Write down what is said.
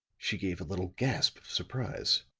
she gave a little gasp of surprise.